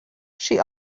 she